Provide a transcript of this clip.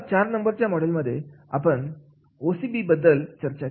चार number model मध्ये आपण ओ सी बी याबद्दल चर्चा केली